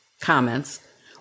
comments